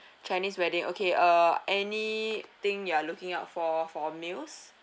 chinese wedding okay uh anything you are looking up for for meals